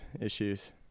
issues